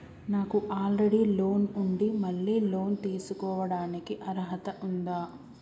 నాకు already loan ఉండి మళ్ళీ లోన్ తీసుకోవడానికి అర్హత ఉందా?